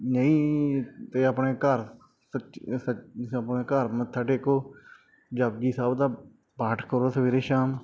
ਨਹੀਂ ਤਾਂ ਆਪਣੇ ਘਰ ਆਪਣੇ ਘਰ ਮੱਥਾ ਟੇਕੋ ਜਪੁਜੀ ਸਾਹਿਬ ਦਾ ਪਾਠ ਕਰੋ ਸਵੇਰੇ ਸ਼ਾਮ